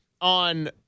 on